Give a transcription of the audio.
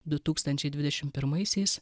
du tūkstančiai dvidešim pirmaisiais